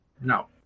no